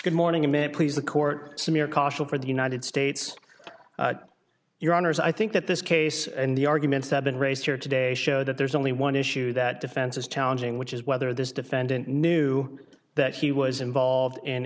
good morning a minute please the court smear caution for the united states your honor as i think that this case and the arguments have been raised here today show that there's only one issue that defense is challenging which is whether this defendant knew that he was involved in